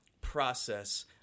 process